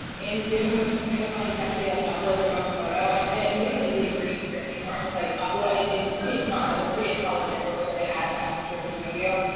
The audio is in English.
in zoom, which is kind of fun, you can actually like upload your own photo and it kind of you don't even need a green screen anymore, just like upload. and it's pretty smart. like it's pretty intelligent the way that it adds that picture behind you.